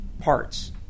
parts